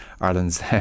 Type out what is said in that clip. Ireland's